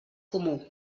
comú